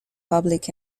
public